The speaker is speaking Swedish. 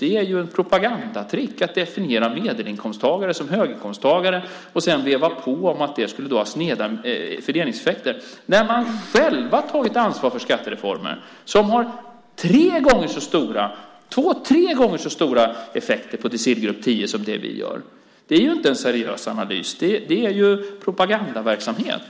Det är ett propagandatrick att definiera medelinkomsttagare som höginkomsttagare och sedan veva på om att det skulle ha sneda fördelningseffekter, när man själv har tagit ansvar för skattereformer som har två tre gånger så stora effekter på decilgrupp 10 som det vi gör. Det är inte en seriös analys. Det är propagandaverksamhet.